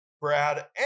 Brad